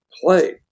play